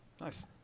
Nice